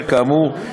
כאמור,